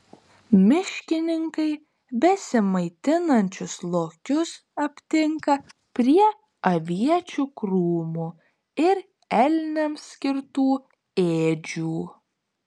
miškininkai besimaitinančius lokius aptinka prie aviečių krūmų ir elniams skirtų ėdžių